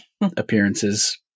appearances